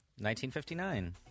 1959